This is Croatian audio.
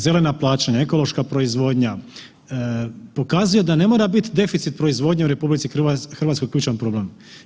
Zelena plaćanja, ekološka proizvodnja, pokazuje da ne mora bit deficit proizvodnje u RH ključan problem.